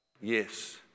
Yes